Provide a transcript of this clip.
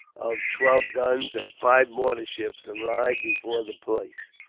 of twelve guns and five mortar ships, arrived before the place.